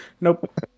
Nope